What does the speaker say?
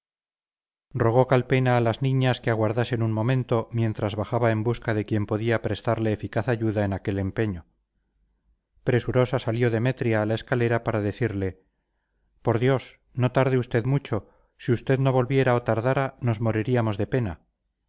rogó calpena a las niñas que aguardasen un momento mientras bajaba en busca de quien podía prestarle eficaz ayuda en aquel empeño presurosa salió demetria a la escalera para decirle por dios no tarde usted mucho si usted no volviera o tardara nos moriríamos de pena